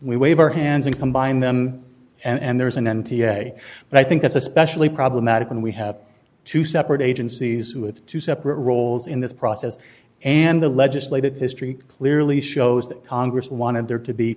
we wave our hands and combine them and there's an m t a but i think that's especially problematic when we have two separate agencies with two separate roles in this process and the legislative history clearly shows that congress wanted there to be